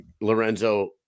Lorenzo